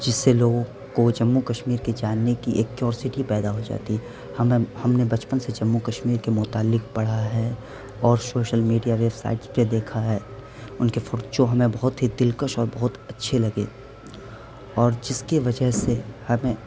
جس سے لوگوں کو جموں کشمیر کے جاننے کی ایک کیوروسٹی پیدا ہو جاتی ہے ہمیں ہم نے بچپن سے جموں کشمیر کے متعلق پڑھا ہے اور سوشل میڈیا ویب سائٹس پہ دیکھا ہے ان کے فوٹز جو ہمیں بہت ہی دلکش اور بہت اچھے لگے اور جس کے وجہ سے ہمیں